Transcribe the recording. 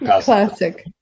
Classic